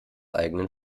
eigenen